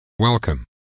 Welcome